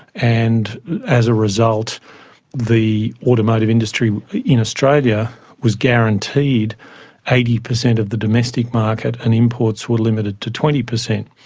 and as a result the automotive industry in australia was guaranteed eighty percent of the domestic market and imports were limited to twenty percent.